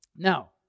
Now